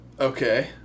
Okay